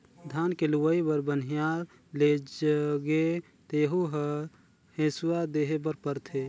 धान के लूवई बर बनिहार लेगजे तेहु ल हेसुवा देहे बर परथे